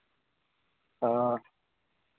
ᱚ